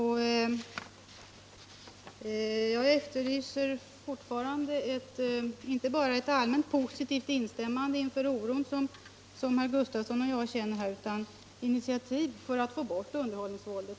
Jag efterlyser fortfarande inte ett allmänt positivt uttalande om den oro som herr Gustavsson i Alvesta och jag känner, utan initiativ för att helt enkelt ta bort underhållningsvåldet.